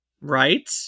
Right